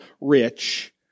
rich